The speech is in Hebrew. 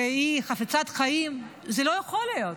כשהיא חפצת חיים, זה לא יכול להיות.